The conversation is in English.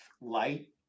light